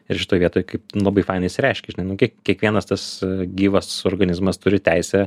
ir šitoj vietoj kaip nu labai fanai išsireiškei žinai nu kiek kiekvienas tas gyvas organizmas turi teisę